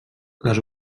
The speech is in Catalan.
les